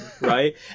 right